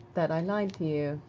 that i lied to you.